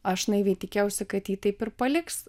aš naiviai tikėjausi kad jį taip ir paliks